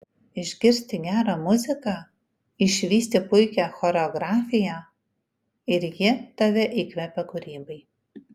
išgirsti gerą muziką išvysti puikią choreografiją ir ji tave įkvepia kūrybai